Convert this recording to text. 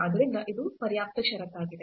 ಆದ್ದರಿಂದ ಇದು ಪರ್ಯಾಪ್ತ ಷರತ್ತಾಗಿದೆ